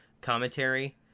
commentary